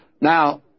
Now